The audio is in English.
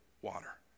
Water